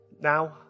now